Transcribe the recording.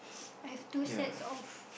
I have two sets of